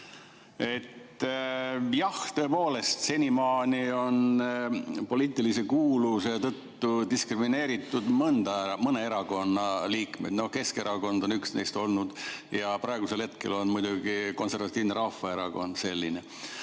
Jah, tõepoolest, senimaani on poliitilise kuuluvuse tõttu diskrimineeritud mõne erakonna liikmeid. Keskerakond on üks neist olnud ja praegusel hetkel on muidugi Konservatiivne Rahvaerakond selline.